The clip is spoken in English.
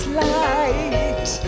light